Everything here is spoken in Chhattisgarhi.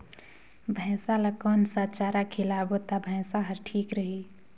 भैसा ला कोन सा चारा खिलाबो ता भैंसा हर ठीक रही?